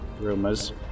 Rumors